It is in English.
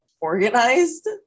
organized